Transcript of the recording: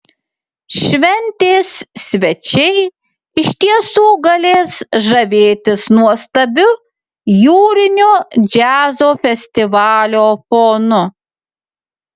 šventės svečiai iš tiesų galės žavėtis nuostabiu jūriniu džiazo festivalio fonu